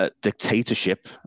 dictatorship